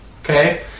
Okay